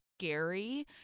scary